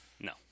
No